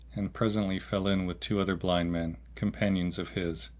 and presently fell in with two other blind men, companions of his,